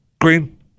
green